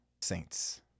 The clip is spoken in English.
Saints